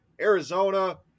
Arizona